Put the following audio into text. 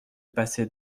passer